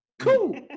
Cool